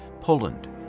Poland